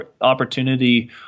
opportunity